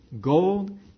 gold